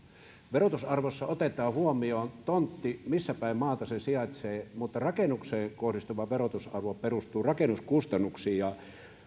verotusarvossa otetaan huomioon tontti missä päin maata se sijaitsee mutta rakennukseen kohdistuva verotusarvo perustuu rakennuskustannuksiin